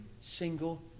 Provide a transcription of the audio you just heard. single